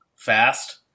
Fast